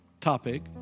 topic